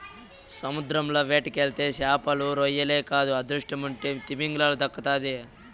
సముద్రంల వేటకెళ్తే చేపలు, రొయ్యలే కాదు అదృష్టముంటే తిమింగలం దక్కతాది